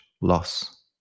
loss